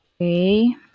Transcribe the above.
Okay